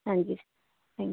ਹਾਂਜੀ ਥੈਂਕ